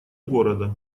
города